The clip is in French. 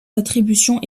attributions